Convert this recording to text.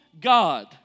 God